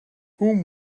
whom